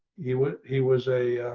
he was he was a